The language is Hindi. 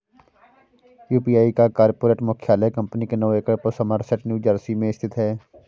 यू.पी.आई का कॉर्पोरेट मुख्यालय कंपनी के नौ एकड़ पर समरसेट न्यू जर्सी में स्थित है